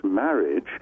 Marriage